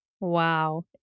wow